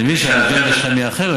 אני מבין שהאג'נדה שלכם אחרת,